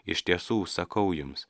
iš tiesų sakau jums